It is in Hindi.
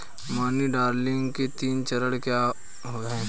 मनी लॉन्ड्रिंग के तीन चरण क्या हैं?